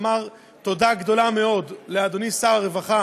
לומר תודה גדולה מאוד לאדוני שר הרווחה